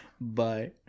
Bye